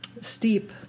steep